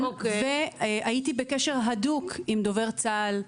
והייתי בקשר הדוק עם דובר צה"ל,